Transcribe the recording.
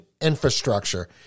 infrastructure